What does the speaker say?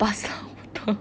pasta water